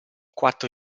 quattro